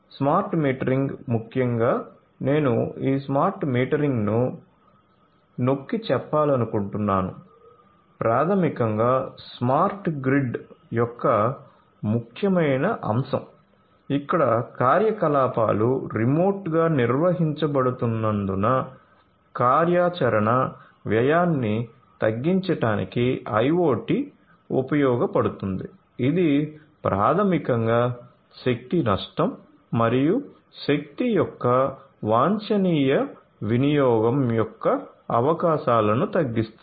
smart metering ముఖ్యంగా నేను ఈ స్మార్ట్ మీటరింగ్ను నొక్కిచెప్పాలనుకుంటున్నాను ప్రాథమికంగా స్మార్ట్ గ్రిడ్ యొక్క ముఖ్యమైన అంశం ఇక్కడ కార్యకలాపాలు రిమోట్గా నిర్వహించబడుతున్నందున కార్యాచరణ వ్యయాన్ని తగ్గించడానికి IoT ఉపయోగించబడుతుంది ఇది ప్రాథమికంగా శక్తి నష్టం మరియు శక్తి యొక్క వాంఛనీయ వినియోగం యొక్క అవకాశాలను తగ్గిస్తుంది